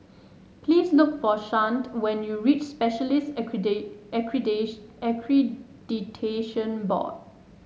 please look for Chante when you reach Specialists Accredi Accredi Accreditation Board